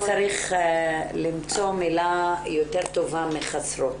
צריך למצוא מילה יותר טובה מ'חסרות'.